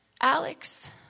Alex